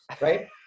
right